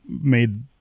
made